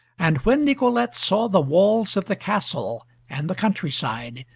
and when nicolete saw the walls of the castle, and the country-side,